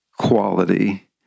quality